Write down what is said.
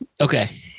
okay